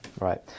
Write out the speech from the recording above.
Right